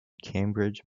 cambridge